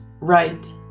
right